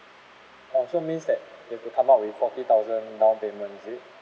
ah so means that you have to come up with forty thousand down payment is it